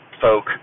folk